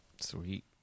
Sweet